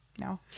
no